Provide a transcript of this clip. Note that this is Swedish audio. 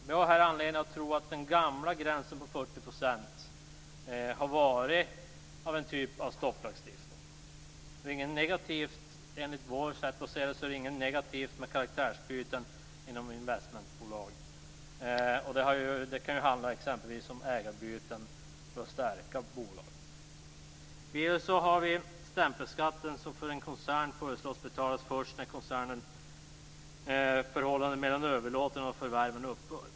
Vi har anledning att tro att den gamla gränsen vid 40 % har verkat som en form av stopplagstiftning. Investmentbolags karaktärsbyten är enligt vårt sätt att se inte något negativt. Det kan exempelvis handla om ägarbyten för att stärka bolaget. Stämpelskatten för en koncern föreslås behöva betalas först när koncernförhållandet mellan överlåtaren och förvärvaren upphört.